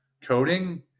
coding